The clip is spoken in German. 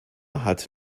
hat